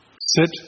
sit